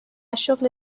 شغل